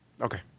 Okay